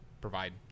provide